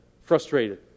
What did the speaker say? frustrated